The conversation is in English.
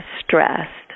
stressed